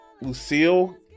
Lucille